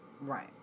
Right